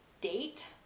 date